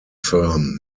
firm